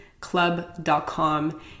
club.com